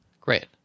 Great